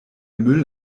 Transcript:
müll